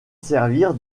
servir